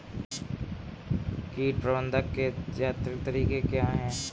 कीट प्रबंधक के यांत्रिक तरीके क्या हैं?